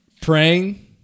praying